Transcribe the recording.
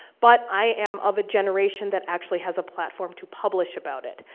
but, i am of a generation that actually has a platform to publish about it.